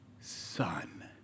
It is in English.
son